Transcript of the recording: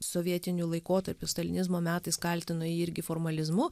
sovietiniu laikotarpiu stalinizmo metais kaltino jį irgi formalizmu